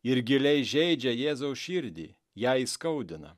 ir giliai žeidžia jėzaus širdį ją įskaudina